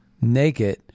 naked